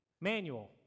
Manual